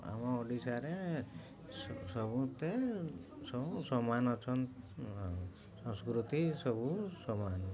ଆମ ଓଡ଼ିଶାରେ ସବୁତେ ସବୁ ସମାନ ଅଛନ୍ତି ସଂସ୍କୃତି ସବୁ ସମାନ